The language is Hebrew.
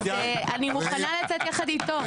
אז, אני מוכנה לצאת יחד איתו.